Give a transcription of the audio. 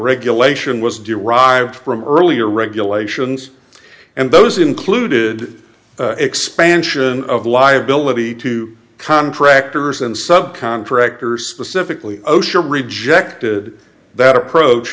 regulation was derived from earlier regulations and those included expansion of liability to contractors and sub contractors specifically osha rejected that approach